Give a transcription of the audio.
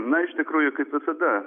na iš tikrųjų kaip visada